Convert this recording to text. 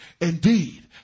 Indeed